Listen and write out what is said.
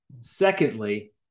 secondly